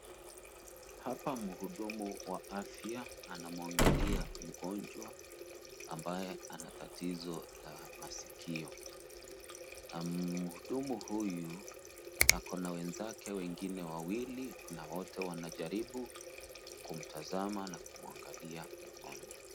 Hapa mhudumu wa afya anamwangalia mgonjwa ambaye ana tatizo la masikio. Na mhudumu huyu ako na wenzake wengine wawili, na wote wanajaribu kumtazama na kumwangalia mgonjwa.